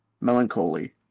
Melancholy